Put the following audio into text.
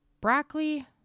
broccoli